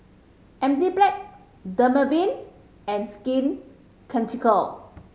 Enzyplex Dermaveen and Skin Ceutical